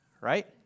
right